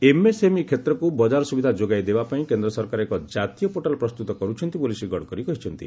MSME କ୍ଷେତ୍ରକୁ ବଜାର ସୁବିଧା ଯୋଗାଇ ଦେବାପାଇଁ କେନ୍ଦ୍ର ସରକାର ଏକ ଜାତୀୟ ପୋର୍ଟାଲ୍ ପ୍ରସ୍ତୁତ କରୁଛନ୍ତି ବୋଲି ଶ୍ରୀ ଗଡ଼କରି କହିଛନ୍ତି